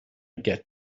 get